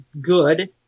good